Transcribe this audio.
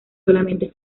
solamente